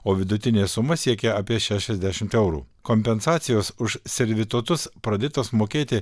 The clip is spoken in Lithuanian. o vidutinė suma siekia apie šešiasdešimt eurų kompensacijos už servitutus pradėtos mokėti